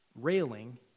railing